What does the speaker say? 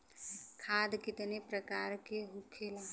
खाद कितने प्रकार के होखेला?